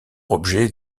objet